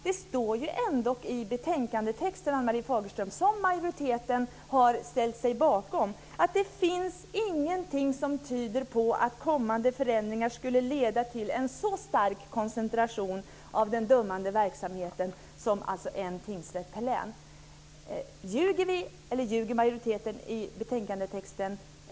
Det står ju ändock i betänkandetexten som majoriteten har ställt sig bakom, Ann-Marie Fagerström, att det inte finns någonting som tyder på att kommande förändringar skulle leda till en så stark koncentration av den dömande verksamheten som en tingsrätt per län. Ljuger ni eller ljuger majoriteten i betänkandetexten?